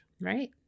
Right